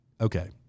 Okay